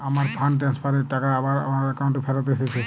আমার fund transfer এর টাকা আবার আমার একাউন্টে ফেরত এসেছে